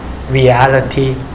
reality